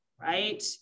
right